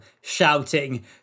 shouting